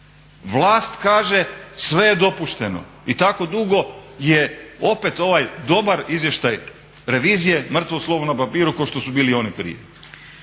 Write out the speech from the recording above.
Vlast kaže sve je dopušteno i tako dugo je opet ovaj dobar izvještaj revizije mrtvo slovo na papiru kao što su bili i oni prije.